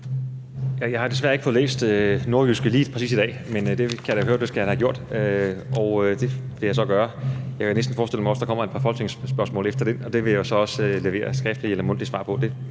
Jeg har desværre ikke fået læst NORDJYSKE lige præcis i dag, men det kan jeg da høre at jeg skal have gjort, og det vil jeg så gøre. Jeg kan næsten forestille mig, at der også kommer et par folketingsspørgsmål i forbindelse med artiklen, og dem vil jeg så også levere skriftlige eller mundtlige svar på